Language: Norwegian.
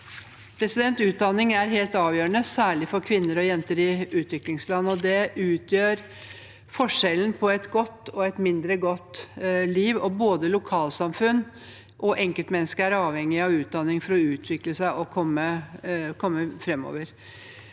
utdanning. Utdanning er helt avgjørende, særlig for kvinner og jenter i utviklingsland. Det utgjør forskjellen på et godt og et mindre godt liv, og både lokalsamfunn og enkeltmennesker er avhengig av utdanning for å utvikle seg og komme framover.